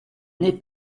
n’est